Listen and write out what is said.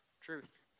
truth